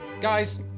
Guys